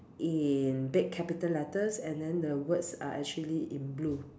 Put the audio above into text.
in big capital letters and then the words are actually in blue